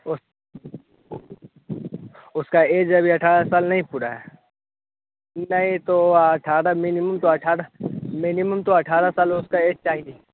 वह उसका एज अभी अठारह साल नहीं पूरा है नहीं तो अठारह मिनिमम तो अठारह मिनिमम तो अठारह साल उसका एज चाहिए